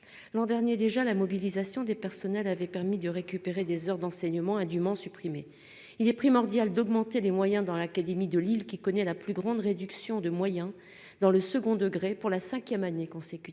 L'an dernier déjà la mobilisation des personnels avait permis de récupérer des heures d'enseignement indument supprimer. Il est primordial d'augmenter les moyens dans l'académie de Lille qui connaît la plus grande réduction de moyens dans le second degré pour la 5ème année consécutive.